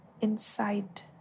inside